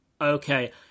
okay